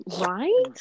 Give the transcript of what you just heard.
Right